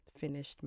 finished